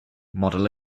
model